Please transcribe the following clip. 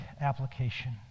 application